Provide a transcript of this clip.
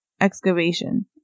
excavation